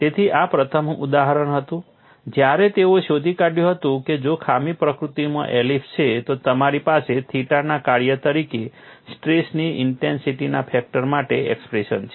તેથી આ પ્રથમ ઉદાહરણ હતું જ્યારે તેઓએ શોધી કાઢ્યું હતું કે જો ખામી પ્રકૃતિમાં એલિપ્સ છે તો તમારી પાસે થીટાના કાર્ય તરીકે સ્ટ્રેસની ઇન્ટેન્સિટીના ફેક્ટર માટે એક્સપ્રેશન છે